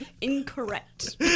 Incorrect